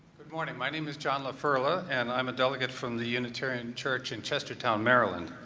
good morning. my name is john laferla, and um a delegate from the unitarian church in chestertown, maryland.